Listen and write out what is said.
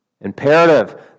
imperative